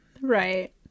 Right